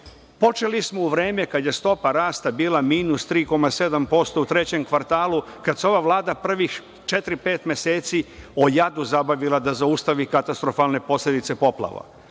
bolje. Počeli smo u vreme kada je stopa rasta bila -3,7% u trećem kvartalu, kada se ova Vlada prvih četiri, pet meseci o jadu zabavila da zaustavi katastrofalne posledice poplava.